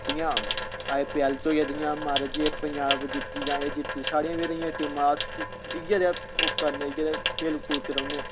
जि'यां I P L च होई गेआ महाराज जी पंजाब जित्ती जां एह्ती साढ़ी बी ते इ'यां जनेहियां टीमां न ते अस करने इ'यै जनेहा खेल कूद च रौह्ने हां